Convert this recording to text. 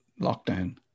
lockdown